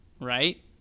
Right